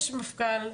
יש מפכ"ל,